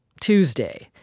Tuesday